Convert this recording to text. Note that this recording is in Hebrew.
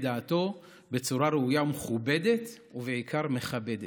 דעתו בצורה ראויה ומכובדת ובעיקר מכבדת?